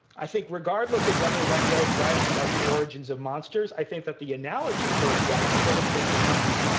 i think regardless of whether wengrow is right about the origins of monsters, i think that the analogy holds right for the case of numbers.